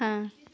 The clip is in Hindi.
हाँ